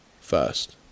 first